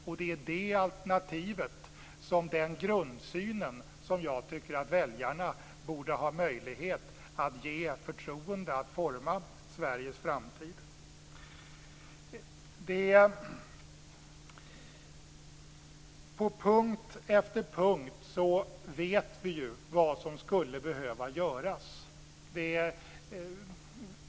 Väljarna borde ha alternativet att ge förtroendet till den grundsynen att forma Sveriges framtid. Vi vet på punkt efter punkt vad som skulle behöva göras.